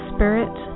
Spirit